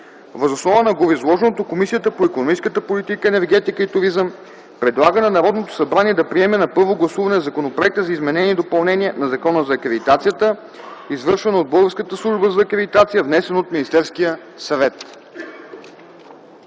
Въз основа на гореизложеното Комисията по икономическата политика, енергетика и туризъм предлага на Народното събрание да приеме на първо гласуване Законопроекта за изменение и допълнение на Закона за акредитацията, извършвана от Българската служба за акредитация, внесен от Министерския съвет.”